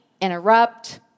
interrupt